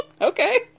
Okay